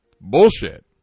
Bullshit